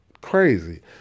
crazy